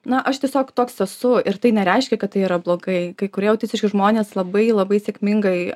na aš tiesiog toks esu ir tai nereiškia kad tai yra blogai kai kurie autistiški žmonės labai labai sėkmingai